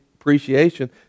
appreciation